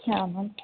ಹಾಂ ಮ್ಯಾಮ್